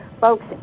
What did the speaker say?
Folks